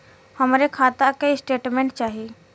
हमरे खाता के स्टेटमेंट चाही?